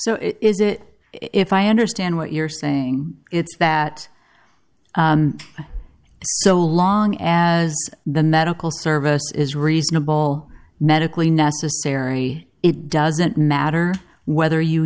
so is it if i understand what you're saying it's that so long as the medical service is reasonable medically necessary it doesn't matter whether you